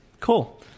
Cool